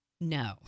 No